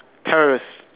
terrorist